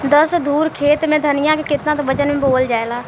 दस धुर खेत में धनिया के केतना वजन मे बोवल जाला?